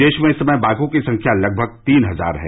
देश में इस समय बाघों की संख्या लगभग तीन हजार है